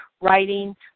writing